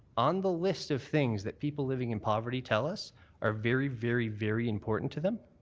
on the list of things that people living in poverty tell us are very, very, very important to them,